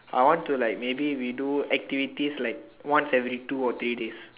I want to like maybe redo activities like once every two or three days